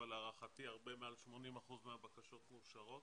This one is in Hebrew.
אבל להערכתי מעל 80% מהבקשות מאושרות.